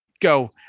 go